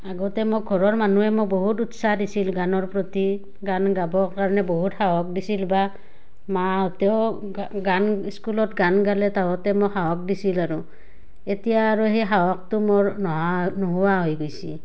আগতে মোক ঘৰৰ মানুহে মোক বহুত উৎসাহ দিছিল গানৰ প্ৰতি গান গাবৰ কাৰণে বহুত সাহস দিছিল বা মাহঁতেও গ গান স্কুলত গান গালে তাহাঁতে মোক সাহস দিছিল আৰু এতিয়া আৰু সেই সাহসটো মোৰ নহা নোহোৱা হৈ গৈছে